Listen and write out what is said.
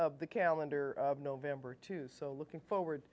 of the calendar of november two so looking forward